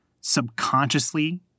subconsciously